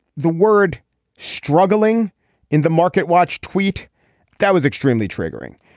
the word struggling in the marketwatch tweet that was extremely triggering.